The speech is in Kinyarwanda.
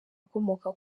akomoka